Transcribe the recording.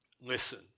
listen